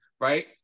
right